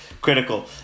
critical